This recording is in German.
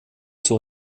zur